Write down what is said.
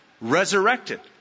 resurrected